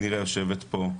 נילה יושבת פה,